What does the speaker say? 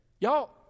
Y'all